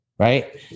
Right